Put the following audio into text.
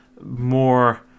more